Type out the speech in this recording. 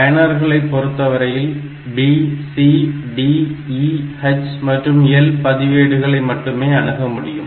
பயனர்களைப் பொறுத்தவரையில் B C D E H மற்றும் L பதிவேடுகளை மட்டுமே அணுகமுடியும்